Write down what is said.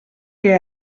que